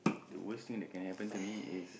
the worst thing that can happen to me is